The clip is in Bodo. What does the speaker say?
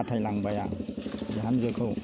फाथायलांबाय आं बिहामजोखौ